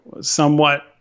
somewhat